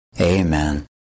Amen